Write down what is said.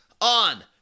On